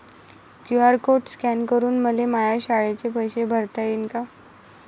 QR code scan करून मले माया शाळेचे पैसे भरता येईन का?